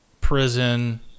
prison